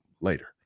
later